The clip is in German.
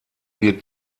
wird